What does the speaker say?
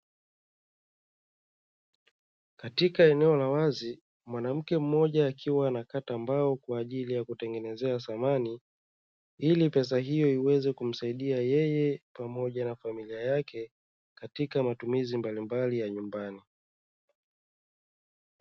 Katika eneo la wazi Mwanamke mmoja akiwa anakata mbao kwa ajili ya kutengenezea samani, ili pesa hiyo iweze kumsaidia yeye pamoja na familia yake katika matumizi mbalimbali ya nyumbani.